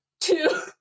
Two